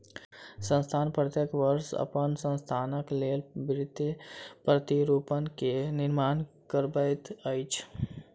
संस्थान प्रत्येक वर्ष अपन संस्थानक लेल वित्तीय प्रतिरूपण के निर्माण करबैत अछि